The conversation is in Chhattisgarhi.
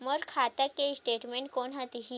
मोर खाता के स्टेटमेंट कोन ह देही?